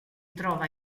trova